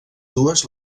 dues